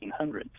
1800s